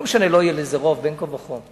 לא משנה, לא יהיה לו רוב בין כה וכה,